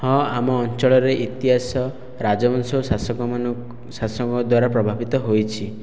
ହଁ ଆମ ଅଞ୍ଚଳରେ ଇତିହାସ ରାଜବଂଶ ଶାସକ ଶାସକଙ୍କ ଦ୍ଵାରା ପ୍ରଭାବିତ ହୋଇଛି